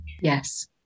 Yes